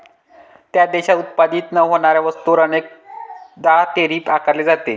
त्या देशात उत्पादित न होणाऱ्या वस्तूंवर अनेकदा टैरिफ आकारले जाते